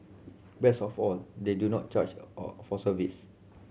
best of all they do not charge all for service